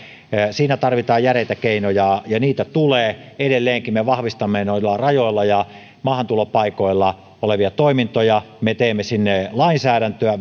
tarvitaan järeitä keinoja ja niitä tulee edelleenkin me vahvistamme noilla rajoilla ja maahantulopaikoilla olevia toimintoja me teemme siihen lainsäädäntöä